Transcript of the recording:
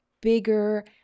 bigger